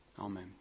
Amen